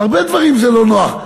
והרבה דברים זה לא נוח.